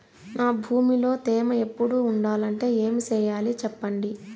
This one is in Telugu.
నా భూమిలో తేమ ఎప్పుడు ఉండాలంటే ఏమి సెయ్యాలి చెప్పండి?